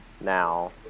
now